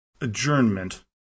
adjournment